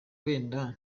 wenda